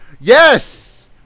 Yes